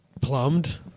plumbed